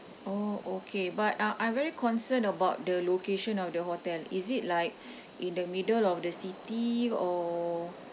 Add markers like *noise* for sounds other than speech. oh okay but uh I'm very concerned about the location of the hotel is it like *breath* in the middle of the city or